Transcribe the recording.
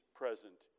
present